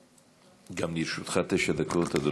גם לרשותך תשע דקות, אדוני.